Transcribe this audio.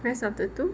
rest of the two